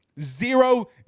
Zero